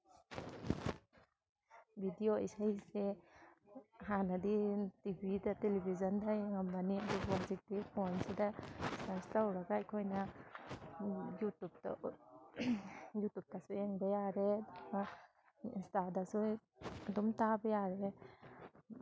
video ꯏꯁꯩꯁꯦ ꯍꯥꯟꯅꯗꯤ ꯇꯤ ꯚꯤꯗ ꯇꯤꯂꯤꯚꯤꯖꯟꯗ ꯌꯦꯡꯉꯝꯕꯅꯤ ꯑꯗꯨꯕꯨ ꯍꯧꯖꯤꯛꯇꯤ ꯐꯣꯟꯁꯤꯗ ꯁꯔꯁ ꯇꯧꯔꯒ ꯑꯩꯈꯣꯏꯅ ꯌꯨꯇꯨꯞꯇ ꯌꯨꯇꯨꯞꯇꯁꯨ ꯌꯦꯡꯕ ꯌꯥꯔꯦ ꯑꯗꯨꯒ ꯏꯟꯁꯇꯥꯗꯁꯨ ꯑꯗꯨꯝ ꯇꯥꯕ ꯌꯥꯔꯦ